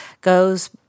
goes